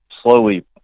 slowly